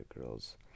girls